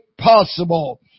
possible